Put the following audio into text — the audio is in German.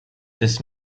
des